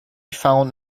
found